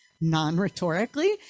non-rhetorically